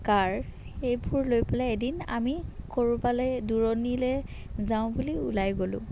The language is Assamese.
কাৰ এইবোৰ লৈ পেলাই এদিন আমি ক'ৰবালৈ দূৰণিলৈ যাওঁ বুলি ওলাই গ'লোঁ